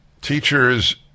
Teachers